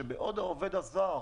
שבעוד העובד הזר,